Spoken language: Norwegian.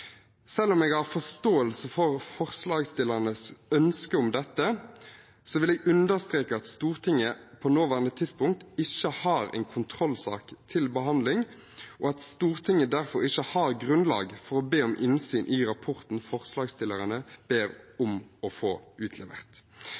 Selv om jeg har forståelse for forslagsstillernes ønske om dette, vil jeg understreke at Stortinget på nåværende tidspunkt ikke har en kontrollsak til behandling, og at Stortinget derfor ikke har grunnlag for å be om innsyn i rapporten forslagsstillerne ber